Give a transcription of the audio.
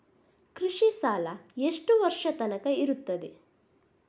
ಕೃಷಿ ಸಾಲ ಎಷ್ಟು ವರ್ಷ ತನಕ ಇರುತ್ತದೆ?